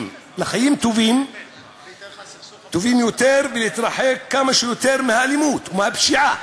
של חיים טובים יותר ותתרחק כמה שיותר מהאלימות ומהפשיעה.